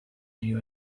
new